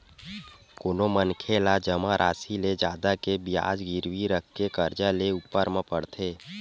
कोनो मनखे ला जमा रासि ले जादा के बियाज गिरवी रखके करजा लेय ऊपर म पड़थे